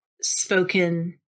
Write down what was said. spoken